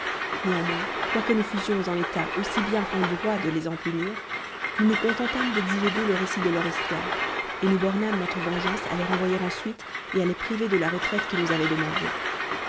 néanmoins quoique nous fussions en état aussi bien qu'en droit de les en punir nous nous contentâmes d'exiger d'eux le récit de leur histoire et nous bornâmes notre vengeance à les renvoyer ensuite et à les priver de la retraite qu'ils nous avaient demandée